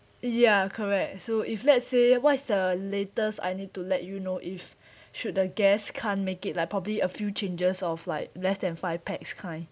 ya correct so if let's say what is the latest I need to let you know if should the guests can't make it like probably a few changes of like less than five pax kind